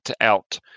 out